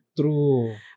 True